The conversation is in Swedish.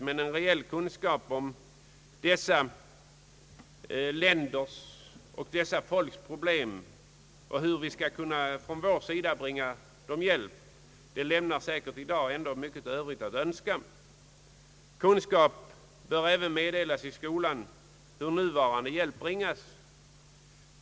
Men en reell kunskap om dessa länders och dessa folks problem och om hur vi skall kunna från vår sida bringa dem hjälp lämnar i dag säkert mycket övrigt att önska. I skolan bör även meddelas kunskap om hur nuvarande hjälp bringas.